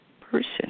person